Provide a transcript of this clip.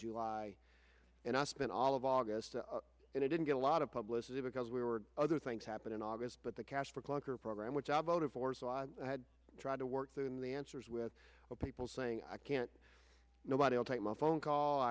july and i spent all of august and i didn't get a lot of publicity because we were other things happen in august but the cash for clunker program which i voted for so i had tried to work through in the answers with people saying i can't nobody will take my phone call